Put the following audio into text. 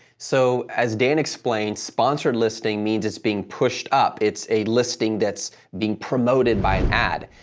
so, as dan explained, sponsored listing means it's being pushed up. it's a listing that's being promoted by ad.